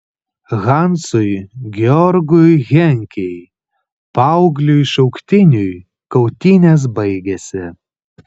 hansui georgui henkei paaugliui šauktiniui kautynės baigėsi